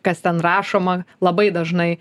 kas ten rašoma labai dažnai